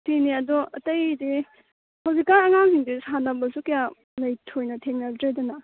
ꯁꯤꯅꯦ ꯑꯗꯣ ꯑꯇꯩꯁꯦ ꯍꯧꯖꯤꯛꯀꯥꯟ ꯑꯉꯥꯡꯁꯤꯡꯁꯦ ꯁꯥꯟꯅꯕꯁꯨ ꯀꯌꯥ ꯊꯣꯏꯅ ꯊꯦꯡꯅꯗ꯭ꯔꯦꯗꯅ